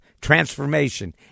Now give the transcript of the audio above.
transformation